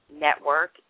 Network